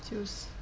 就是